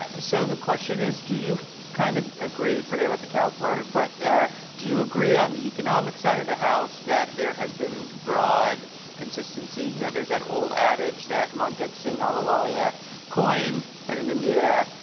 ah so the question is, do you kind of agree, forget about the cow part, but do you agree on the economic side of the house, that there has been broad consistency? you know, there's that old adage that montek singh ah ahluwalia coined, that in india,